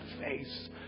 face